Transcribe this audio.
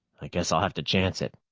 i guess i'll have to chance it.